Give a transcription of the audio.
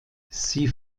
sie